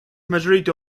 majority